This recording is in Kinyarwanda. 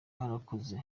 barakoze